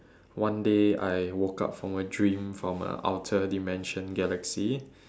one day I woke up from a dream from a outer dimension galaxy